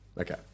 Okay